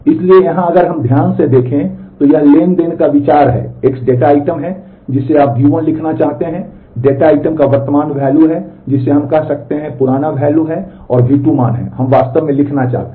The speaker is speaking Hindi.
इसलिए यहां अगर हम ध्यान से देखें तो यह ट्रांज़ैक्शन का विचार है X डेटा आइटम है जिसे आप V1 लिखना चाहते हैं डेटा आइटम का वर्तमान वैल्यू है और V2 मान है हम वास्तव में लिखना चाहते हैं